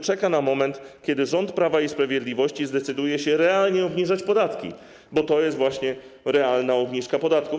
Czeka na moment, kiedy rząd Prawa i Sprawiedliwości zdecyduje się realnie obniżać podatki, bo to jest właśnie realna obniżka podatków.